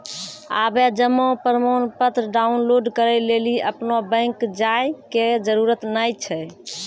आबे जमा प्रमाणपत्र डाउनलोड करै लेली अपनो बैंक जाय के जरुरत नाय छै